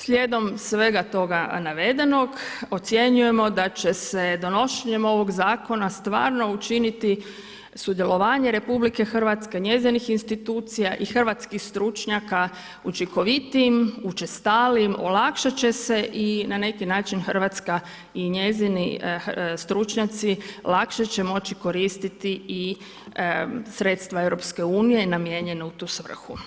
Slijedom svega toga navedenog, ocjenjujemo da će se donošenjem ovoga zakona stvarno učiniti sudjelovanje RH, njezinih institucija i hrvatskih stručnjaka učinkovitijim, učestalijim, olakšat će se i na neki način Hrvatska i njezini stručnjaci lakše će moći koristiti i sredstva EU-a namijenjeno u tu svrhu.